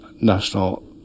National